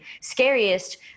scariest